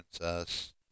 Princess